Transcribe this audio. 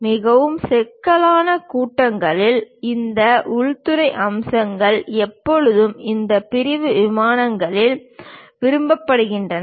மிகவும் சிக்கலான கூட்டங்களின் இந்த உள்துறை அம்சங்கள் எப்போதும் இந்த பிரிவு விமானங்களில் விரும்பப்படுகின்றன